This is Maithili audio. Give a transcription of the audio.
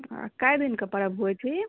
कए दिनके पर्व होइत छै ई